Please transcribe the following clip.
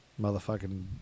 motherfucking